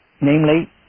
namely